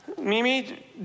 Mimi